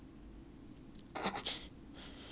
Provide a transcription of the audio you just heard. loser leh you